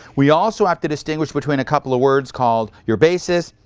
we also have to distinguish between a couple of words called your basis,